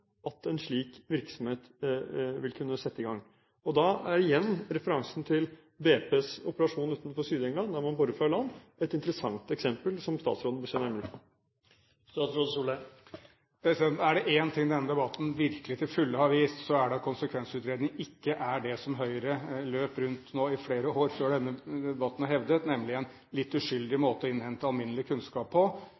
at en slik virksomhet vil kunne settes i gang. Da er igjen referansen til BPs operasjon utenfor Sør-England, der man borer fra land, et interessant eksempel som statsråden bør se nærmere på. Er det en ting denne debatten virkelig til fulle har vist, er det at konsekvensutredning ikke er det som Høyre løp rundt i flere år før denne debatten og hevdet, nemlig en litt uskyldig